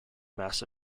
mass